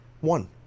One